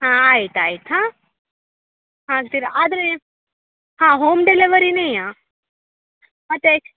ಹಾಂ ಆಯ್ತು ಆಯ್ತು ಹಾಂ ಮಾಡ್ತೀರ ಆದರೆ ಹಾಂ ಹೋಮ್ ಡೆಲವರಿನೆಯಾ ಮತ್ತು